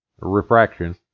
refraction